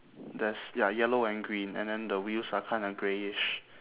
there's ya yellow and green and then the wheels are kinda greyish